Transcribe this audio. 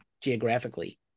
geographically